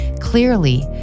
Clearly